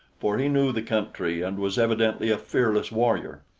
for he knew the country and was evidently a fearless warrior.